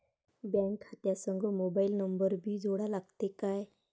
Bank खात्या संग mobile number भी जोडा लागते काय?